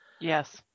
Yes